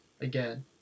Again